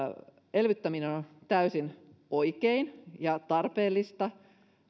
elvyttäminen on täysin oikein ja tarpeellista